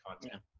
content